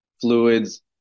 fluids